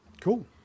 cool